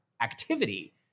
activity